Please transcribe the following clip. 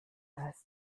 als